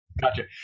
Gotcha